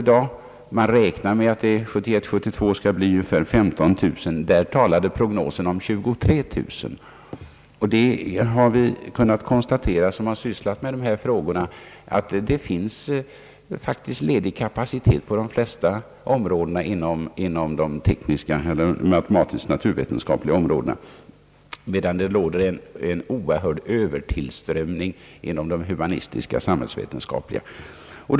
Man räknar med att det 1971—1972 skall bli ungefär 153000 studerande, medan prognosen i detta fall talar om 23 000. Vi som har sysslat med dessa frågor har kunnat konstatera, att det faktiskt finns ledig kapacitet på de flesta ställen inom de tekniska och matematisk-naturvetenskapliga områdena, medan det råder en oerhörd övertillströmning inom de humanistiska och samhällsvetenskapliga områdena.